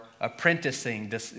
apprenticing